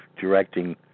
directing